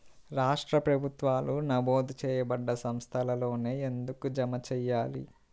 రాష్ట్ర ప్రభుత్వాలు నమోదు చేయబడ్డ సంస్థలలోనే ఎందుకు జమ చెయ్యాలి?